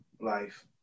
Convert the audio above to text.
life